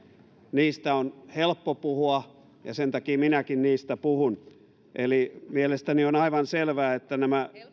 niistä on helppo puhua ja sen takia minäkin niistä puhun mielestäni on aivan selvää että nämä